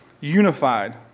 unified